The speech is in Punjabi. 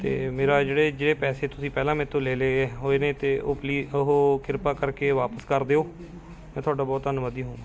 ਅਤੇ ਮੇਰਾ ਜਿਹੜੇ ਜਿਹੜੇ ਪੈਸੇ ਤੁਸੀਂ ਪਹਿਲਾਂ ਮੇਰੇ ਤੋਂ ਲੈ ਲਏ ਹੋਏ ਨੇ ਅਤੇ ਉਹ ਪਲੀਜ਼ ਉਹ ਕਿਰਪਾ ਕਰਕੇ ਵਾਪਸ ਕਰ ਦਿਓ ਮੈਂ ਤੁਹਾਡਾ ਬਹੁਤ ਧੰਨਵਾਦੀ ਹੋਵਾਂ